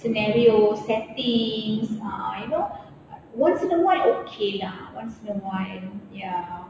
scenario settings uh you know once in a while okay lah once in a while ya